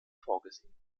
vorgesehen